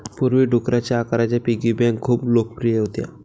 पूर्वी, डुकराच्या आकाराच्या पिगी बँका खूप लोकप्रिय होत्या